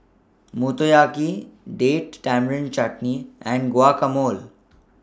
Motoyaki Date Tamarind Chutney and Guacamole